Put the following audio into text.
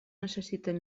necessiten